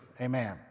Amen